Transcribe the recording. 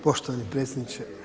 Poštovani predsjedniče.